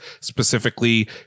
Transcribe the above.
specifically